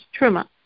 Truma